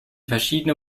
verschiedene